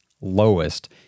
lowest